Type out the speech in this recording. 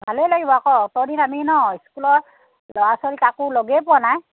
ভালেই লাগিব আকৌ অত দিন আমি ন স্কুলৰ ল'ৰা ছোৱালী কাকো লগেই পোৱা নাই